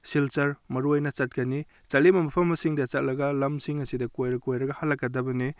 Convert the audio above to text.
ꯁꯤꯜꯆꯔ ꯃꯔꯨ ꯑꯣꯏꯅ ꯆꯠꯀꯅꯤ ꯆꯠꯂꯤꯕ ꯃꯐꯝꯁꯤꯡꯗ ꯆꯠꯂꯒ ꯂꯝꯁꯤꯡ ꯑꯁꯤꯗ ꯀꯣꯏꯔ ꯀꯣꯏꯔꯒ ꯍꯜꯂꯛꯀꯗꯕꯅꯤ